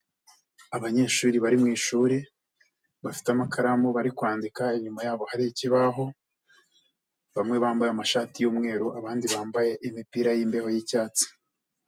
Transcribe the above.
Abanyeshuri bari mu ishuri bafite amakaramu bari kwandika, inyuma yabo hari ikibaho bamwe bambaye amashati y'umweru abandi bambaye imipira y'imbeho y'icyatsi.